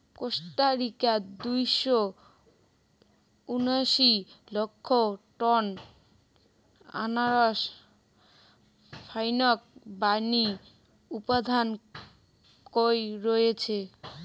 Costa Rica দুইশো উনাশি লক্ষ টন আনারস ফাইকবানী উৎপাদন কইরছে